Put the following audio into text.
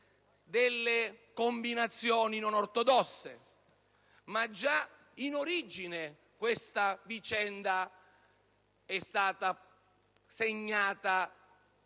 delle combinazioni non ortodosse. Già in origine questa vicenda è stata segnata